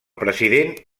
president